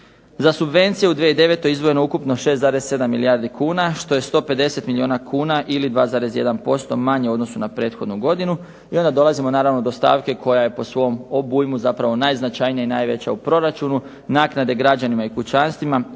Za subvencije u 2009. izdvojeno je ukupno 6,7 milijardi kuna, što je 150 milijuna kuna ili 2,1¸% manje u odnosu na prethodnu godinu i onda dolazimo do stavke koja je po svom obujmu zapravo najznačajnija i najveća u proračunu naknade kućanstvima